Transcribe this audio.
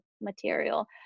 material